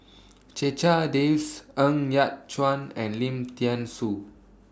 Checha Davies Ng Yat Chuan and Lim Thean Soo